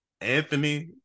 Anthony